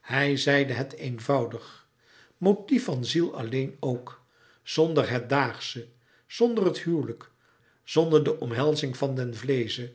hij zeide het eenvoudig motief van ziel alleen ook zonder het daagsche zonder het huwelijk zonder de omhelzing van den vleesche